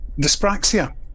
dyspraxia